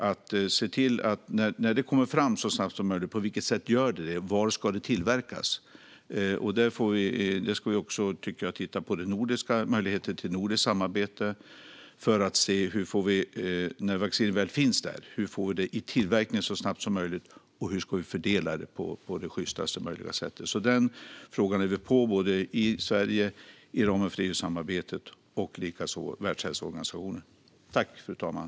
På vilket sätt ska vaccinet tas fram, och var ska det tillverkas? Jag tycker att vi också ska titta på möjligheten till nordiskt samarbete för att när vaccinet väl finns där ta tag i frågan om hur vi får det i tillverkning så snabbt som möjligt och hur det ska fördelas på sjystast möjliga sätt. Den frågan är vi på i Sverige, inom ramen för EU-samarbetet och likaså i Världshälsoorganisationen.